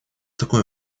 такой